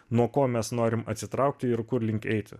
nuo ko mes norim atsitraukti ir kur link eiti